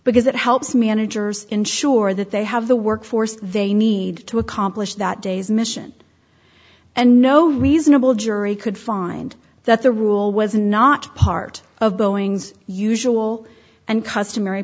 because it helps managers ensure that they have the workforce they need to accomplish that day's mission and no reasonable jury could find that the rule was not part of boeing's usual and customary